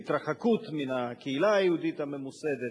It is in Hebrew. ההתרחקות מהקהילה היהודית הממוסדת,